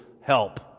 help